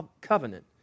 covenant